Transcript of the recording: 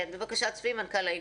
בבקשה, צבי, מנכ"ל האיגוד.